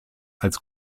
als